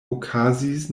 okazis